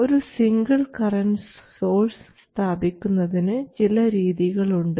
ഒരു single current source സ്ഥാപിക്കുന്നതിന് ചില രീതികളുണ്ട്